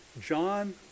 John